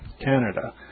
Canada